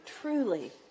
truly